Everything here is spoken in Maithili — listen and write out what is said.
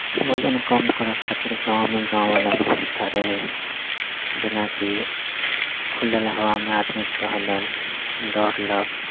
वजन कम करव खतिर एहि गाँवमे गाँव वला व्यवस्था रहै जेनाकि खुलल हवामे आदमी टहलल दौड़लक